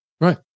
Right